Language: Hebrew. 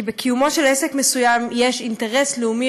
כי בקיומו של עסק מסוים יש אינטרס לאומי